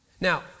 Now